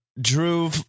Drew